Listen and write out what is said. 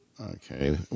Okay